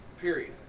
period